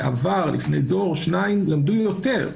בעבר, לפני דור או שניים, למדו יותר.